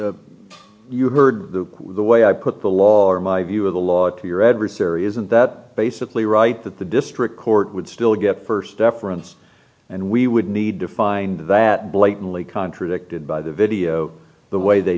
that you heard the way i put the law in my view of the law to your adversary isn't that basically right that the district court would still get first deference and we would need to find that blatantly contradicted by the video the way they